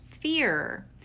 fear